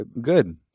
Good